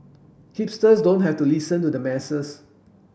hipsters don't have to listen to the masses